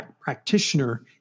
practitioner